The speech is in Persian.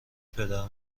پدرو